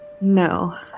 No